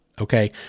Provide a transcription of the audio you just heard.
okay